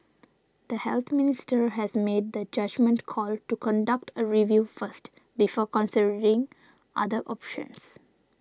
the Health Minister has made the judgement call to conduct a review first before considering other options